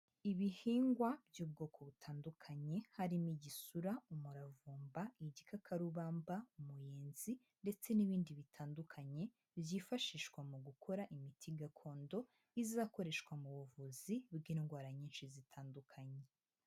Ibihingwa by'ubwoko butandukanye harimo igisura, umuravumba, igikakarubamba, umuyenzi ndetse n'ibindi bitandukanye byifashishwa mu gukora imiti gakondo izakoreshwa mu buvuzi bw'indwara nyinshi zitandukanye.